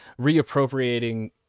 reappropriating